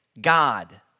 God